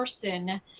person